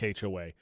HOA